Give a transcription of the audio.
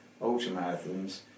ultramarathons